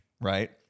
right